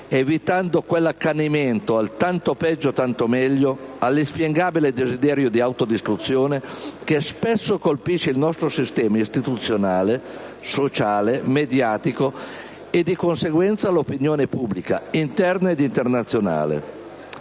evitando quell'accanimento al «tanto peggio, tanto meglio», all'inspiegabile desiderio di autodistruzione che spesso colpisce il nostro sistema istituzionale, sociale, mediatico e di conseguenza l'opinione pubblica interna e internazionale.